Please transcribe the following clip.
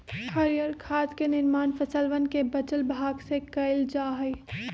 हरीयर खाद के निर्माण फसलवन के बचल भाग से कइल जा हई